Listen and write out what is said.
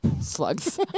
slugs